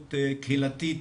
מעורבות קהילתית